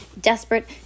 desperate